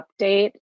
update